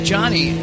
Johnny